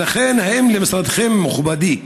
ולכן, האם למשרדכם, מכובדי,